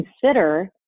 consider